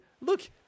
look